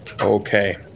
Okay